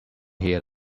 here